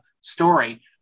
story